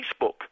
facebook